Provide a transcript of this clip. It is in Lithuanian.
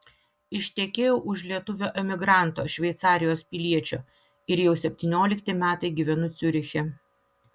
ištekėjau už lietuvio emigranto šveicarijos piliečio ir jau septyniolikti metai gyvenu ciuriche